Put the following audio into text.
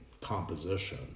composition